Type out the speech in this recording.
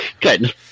Good